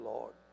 Lord